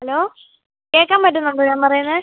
hello കേൾക്കാൻ പറ്റുന്നുണ്ടോ ഞാൻ പറയുന്നത്